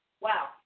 Wow